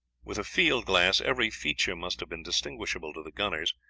with a field glass every feature must have been distinguishable to the gunners,